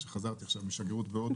כשחזרתי עכשיו מהשגרירות בהודו,